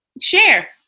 Share